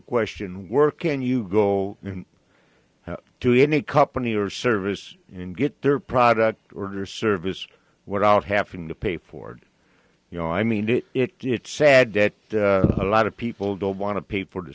question were can you go to any company or service you can get their product order service without having to pay for you know i mean it it's sad that a lot of people don't want to pay for the